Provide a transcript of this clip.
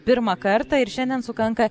pirmą kartą ir šiandien sukanka